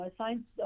Science